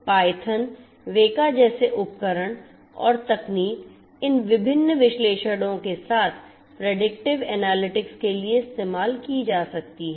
Python Weka जैसे उपकरण और तकनीक इन विभिन्न विश्लेषणों के साथ प्रेडिक्टिव एनालिटिक्स के लिए इस्तेमाल की जा सकती हैं